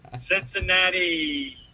Cincinnati